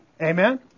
Amen